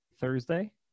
thursday